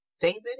David